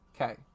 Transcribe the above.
Okay